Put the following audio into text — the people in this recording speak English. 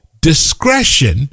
discretion